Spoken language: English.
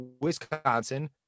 Wisconsin